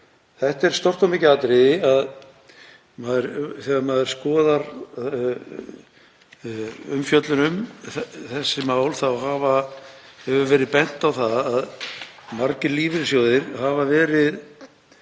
Þetta er stórt og mikið atriði. Þegar maður skoðar umfjöllun um þessi mál hefur verið bent á að margir lífeyrissjóðir hafa verið